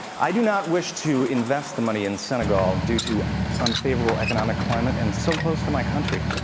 i do not wish to invest the money in senegal due to unfavorable economic climate, and so close to my country.